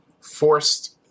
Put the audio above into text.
forced